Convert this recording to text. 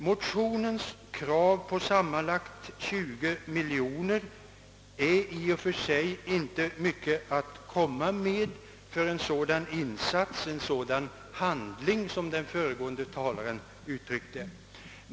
Motionens krav på sammanlagt 20 miljoner är i och för sig inte mycket att komma med för en sådan insats, en sådan handling som den föregående talaren uttryckte det.